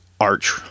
arch